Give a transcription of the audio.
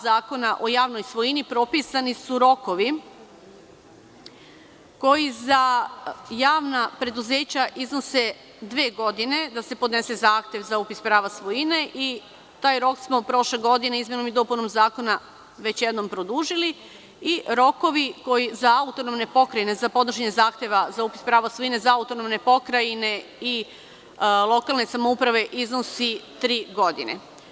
Zakona o javnoj svojini propisani su rokovi koji za javna preduzeća iznose dve godine da se podnese zahtev za upis prava svojine i taj rok smo prošle godine izmenom i dopunom zakona već jednom produžili i rokovi za autonomne pokrajine za podnošenje zahteva za upis prava svojine za autonomne pokrajine i lokalne samouprave iznosi tri godine.